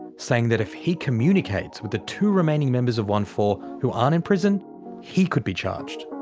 saying that if he communicates with the two remaining members of onefour who aren't in prison he could be charged.